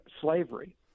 slavery